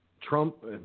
Trump